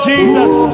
Jesus